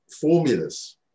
formulas